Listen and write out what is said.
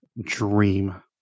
dream